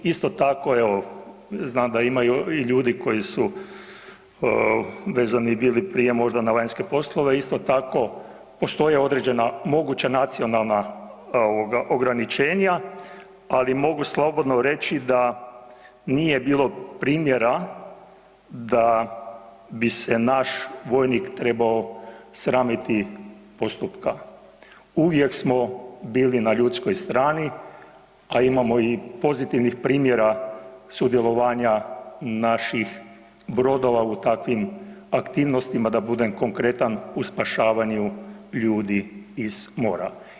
Isto tako, evo, znam da imaju i ljudi koji su vezani bili prije možda na vanjske poslove, isto tako, postoje određena moguća nacionalna ograničenja, ali mogu slobodno reći da nije bilo primjera da bi se naš vojnik trebao sramiti postupka, uvijek smo bili na ljudskoj strani, a imamo i pozitivnih primjera sudjelovanja naših brodova u takvim aktivnostima, da budem konkretan, u spašavanju ljudi iz mora.